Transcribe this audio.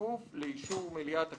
בכפוף לאישור מליאת הכנסת".